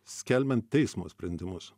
skelbiant teismo sprendimus